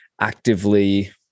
actively